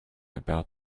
about